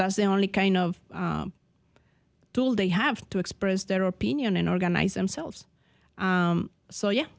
that's the only kind of tool they have to express their opinion and organize themselves so yeah